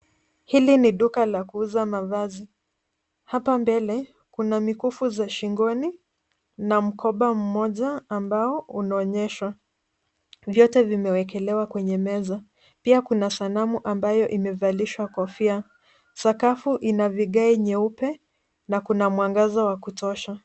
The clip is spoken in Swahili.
Hili ni duka la kuuza mavazi. Hapa mbele kuna mikufu za shingoni na mkoba mmoja ambao unaonyesha. Vyote vimewekelewa kwenye meza. Pia kuna sanamu ambayo imevalishwa kofia. Sakafu ina vigae nyeupe na kuna mwangaza wa kutosha.